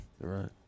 Right